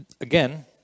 Again